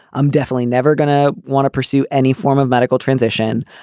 i'm definitely never going to want to pursue any form of medical transition.